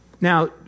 Now